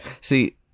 See